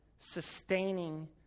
sustaining